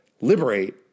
liberate